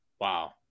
Wow